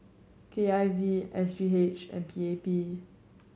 K I V S G H and P A P